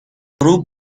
غروب